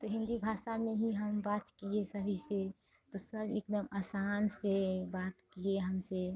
तो हिन्दी भाषा में ही हम बात किए सभी से तो सब एकदम आसान से बात किए हमसे